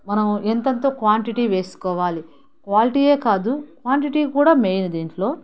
మనం ఎంత ఎంత క్వాంటిటీ వేసుకోవాలి క్వాలిటీయే కాదు క్వాంటిటీ కూడా మెయిన్ దీంట్లో